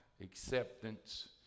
acceptance